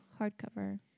Hardcover